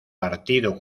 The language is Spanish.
partido